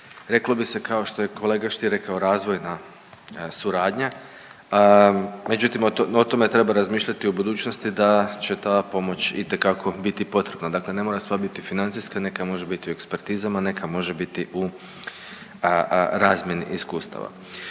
reklo bi se kao što je kolega Stier rekao razvojna suradnja međutim o tome treba razmišljati u budućnosti da će ta pomoć itekako biti potrebna. Dakle, ne mora sva biti financijska, neka može biti u ekspertizama, neka može biti u razmjeni iskustava.